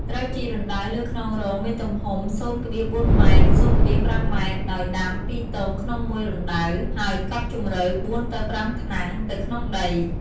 ត្រូវជីករណ្តៅលើខ្នងរងមានទំហំ ០,៤ម x ០,៤ម x ០,៥ម ដោយដាំ ២ទងក្នុង១រណ្តៅ ហើយកប់ជម្រៅ ៤ទៅ៥ថ្នាំង ទៅក្នុងដី។